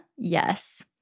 Yes